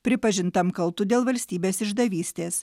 pripažintam kaltu dėl valstybės išdavystės